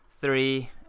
three